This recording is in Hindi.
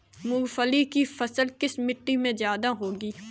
मूंगफली की फसल किस मिट्टी में ज्यादा होगी?